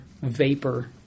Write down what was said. vapor